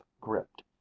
gripped